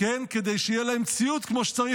כדי שיהיה להם ציוד כמו שצריך,